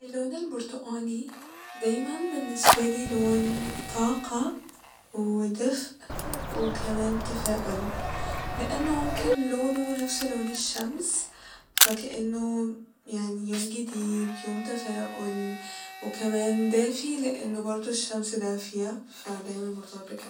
اللون البرتقاني دايما باللنسبالي لون طاقة و دفئ وكمان تفاؤل لإنه ممكن لونه نفس لون الشمس فكإنه يعني يوم جديد يوم تفاؤل وكمان دافي لإنه برضه الشمس دافية فدايما مرتبط بكده